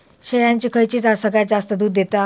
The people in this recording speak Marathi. शेळ्यांची खयची जात सगळ्यात जास्त दूध देता?